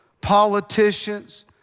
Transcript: politicians